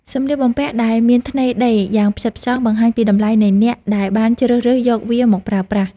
សម្លៀកបំពាក់ដែលមានថ្នេរដេរយ៉ាងផ្ចិតផ្ចង់បង្ហាញពីតម្លៃនៃអ្នកដែលបានជ្រើសរើសយកវាមកប្រើប្រាស់។